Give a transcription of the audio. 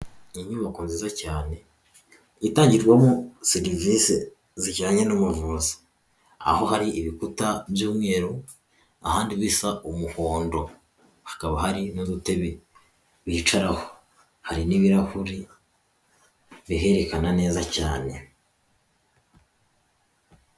Inyubako nziza cyane itangirwamo serivise zijyanye n'ubuvuzi, aho hari ibikuta by'umweru ahandi bisa umuhondo. Hakaba hari n'udutebe bicaraho. Hari n'ibirahuri biherekana neza cyane.